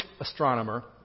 astronomer